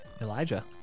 Elijah